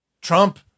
Trump